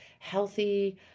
healthy